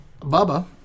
Bubba